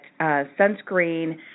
sunscreen